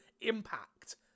impact